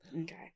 Okay